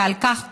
ועל כך תודה.